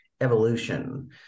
evolution